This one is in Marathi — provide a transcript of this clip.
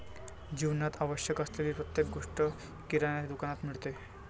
जीवनात आवश्यक असलेली प्रत्येक गोष्ट किराण्याच्या दुकानात मिळते